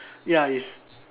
ya is